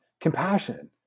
Compassion